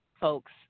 folks